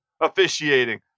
officiating